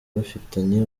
bafitanye